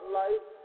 life